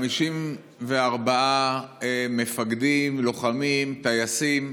54 מפקדים, לוחמים, טייסים,